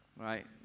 right